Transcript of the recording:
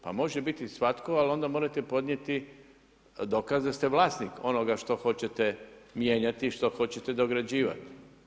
Pa može biti svatko, ali onda morate podnijeti dokaz da ste vlasnik onoga što hoćete mijenjati, što hoćete dograđivati.